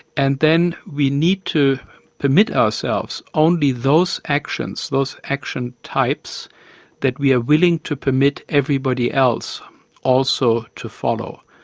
and then we need to permit ourselves only those actions, those action types that we are willing to permit everybody else also to follow.